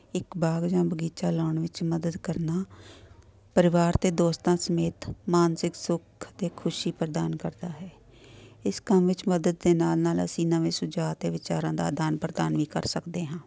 ਇੱਕ ਬਾਗ਼ ਜਾਂ ਬਗੀਚਾ ਲਾਉਣ ਵਿੱਚ ਮਦਦ ਕਰਨਾ ਪਰਿਵਾਰ ਅਤੇ ਦੋਸਤਾਂ ਸਮੇਤ ਮਾਨਸਿਕ ਸੁੱਖ ਅਤੇ ਖੁਸ਼ੀ ਪ੍ਰਦਾਨ ਕਰਦਾ ਹੈ ਇਸ ਕੰਮ ਵਿੱਚ ਮਦਦ ਦੇ ਨਾਲ ਨਾਲ ਅਸੀਂ ਨਵੇਂ ਸੁਝਾਅ ਅਤੇ ਵਿਚਾਰਾਂ ਦਾ ਅਦਾਨ ਪ੍ਰਦਾਨ ਵੀ ਕਰ ਸਕਦੇ ਹਾਂ